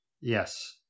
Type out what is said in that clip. Yes